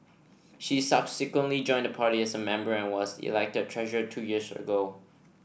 she subsequently joined the party as a member and was elected treasurer two years ago